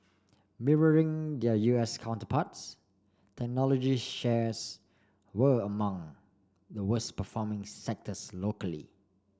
mirroring their U S counterparts technology shares were among the worst performing sectors locally